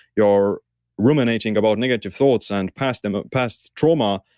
you're ruminating about negative thoughts and past um ah past trauma,